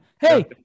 Hey